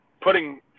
putting